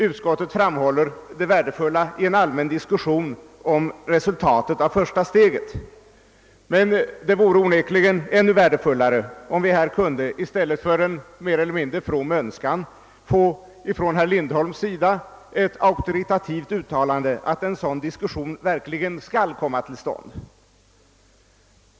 Utskottet framhåller det värdefulla i en allmän diskussion om resultatet av första steget, men det vore onekligen ännu värdefullare om vi nu i stället för en mer eller mindre from önskan kunde få från herr Lindholm ett auktoritativt uttalande om att en sådan diskussion verkligen skall komma till stånd.